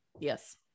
yes